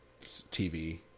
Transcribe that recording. TV